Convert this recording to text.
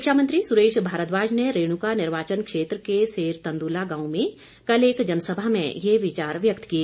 शिक्षा मंत्री सुरेश भारद्वाज ने रेणुका निर्वाचन क्षेत्र के सेरतंदुला गांव में कल एक जनसभा में ये विचार व्यक्त किए